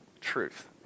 truth